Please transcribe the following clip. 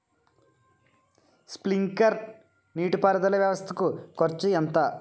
Sprinkler నీటిపారుదల వ్వవస్థ కు ఖర్చు ఎంత?